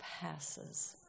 passes